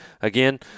again